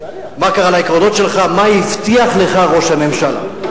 מה קרה לעקרונות שלך, מה הבטיח לך ראש הממשלה?